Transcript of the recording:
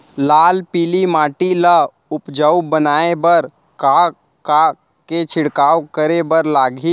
लाल पीली माटी ला उपजाऊ बनाए बर का का के छिड़काव करे बर लागही?